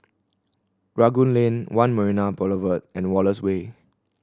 Rangoon Lane One Marina Boulevard and Wallace Way